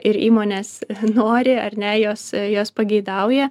ir įmonės nori ar ne jos jos pageidauja